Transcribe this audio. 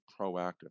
proactive